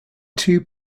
two